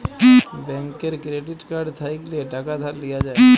ব্যাংকের credit card থ্যাইকলে টাকা ধার লিয়া যায়